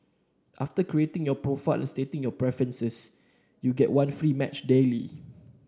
after creating your profile and stating your preferences you get one free match daily